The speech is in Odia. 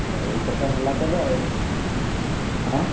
ହେଉ ଏଇ କଥା ହେଲା ତେବେ ଆଉ ହଁ